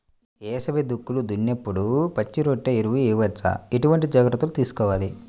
వేసవి దుక్కులు దున్నేప్పుడు పచ్చిరొట్ట ఎరువు వేయవచ్చా? ఎటువంటి జాగ్రత్తలు తీసుకోవాలి?